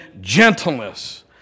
gentleness